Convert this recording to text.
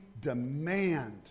demand